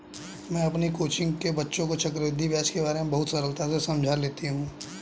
मैं अपनी कोचिंग के बच्चों को चक्रवृद्धि ब्याज के बारे में बहुत सरलता से समझा लेती हूं